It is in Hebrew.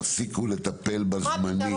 תפסיקו לטפל בפתרון הזמני.